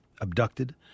Abducted